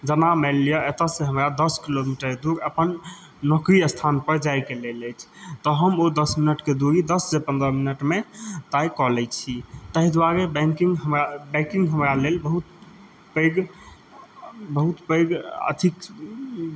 जमा मानि लिअ एतऽसँ हमरा दस किलोमीटर दूर अपन नौकरी स्थान पर जायके लेल अछि तऽ हम ओ दस मिनटके दूरी दस से पन्द्रह मिनटमे तय कऽ लै छी ताहि दुआरे बैंकिंग हमरा बैकिंग हमरा लेल बहुत पैघ बहुत पैघ अथी